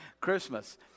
Christmas